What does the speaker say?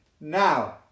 Now